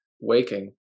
Waking